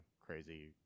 crazy